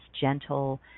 gentle